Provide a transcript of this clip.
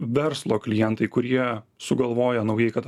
verslo klientai kurie sugalvojo naujai kad